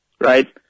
right